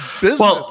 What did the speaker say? business